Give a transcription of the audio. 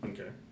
Okay